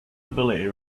ability